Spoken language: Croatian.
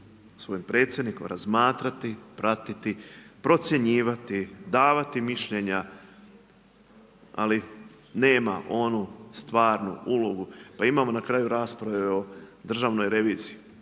svojim predsjednikom razmatrati, pratiti, procjenjivati, davati mišljenja ali nema onu stvarnu ulogu. Pa imamo na kraju rasprave o državnoj reviziji,